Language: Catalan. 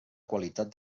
qualitat